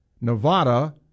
Nevada